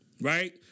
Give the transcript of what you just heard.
Right